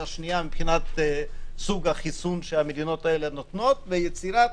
השנייה מבחינת סוג החיסון שהמדינות הללו נותנות ויצירת